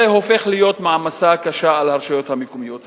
זה הופך להיות מעמסה קשה על הרשויות המקומיות.